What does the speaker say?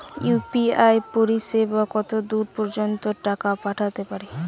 UPI পরিসেবা কতদূর পর্জন্ত টাকা পাঠাতে পারি?